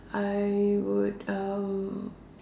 I would um